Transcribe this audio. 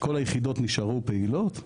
כל היחידות נשארו פעילות,